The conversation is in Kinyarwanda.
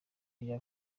rya